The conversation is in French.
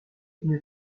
une